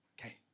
Okay